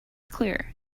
clear